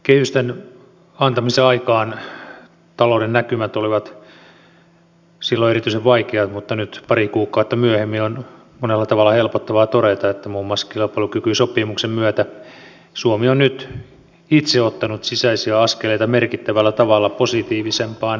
kehysten antamisen aikaan talouden näkymät olivat erityisen vaikeat mutta nyt pari kuukautta myöhemmin on monella tavalla helpottavaa todeta että muun muassa kilpailukykysopimuksen myötä suomi on nyt itse ottanut sisäisiä askeleita merkittävällä tavalla positiivisempaan suuntaan